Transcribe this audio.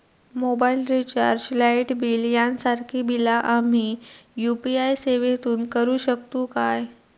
Mobile recharge, light bill यांसारखी बिला आम्ही यू.पी.आय सेवेतून करू शकतू काय?